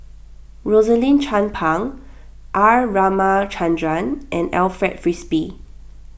Rosaline Chan Pang R Ramachandran and Alfred Frisby